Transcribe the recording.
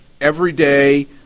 everyday